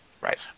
Right